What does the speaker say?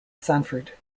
sanford